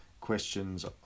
questions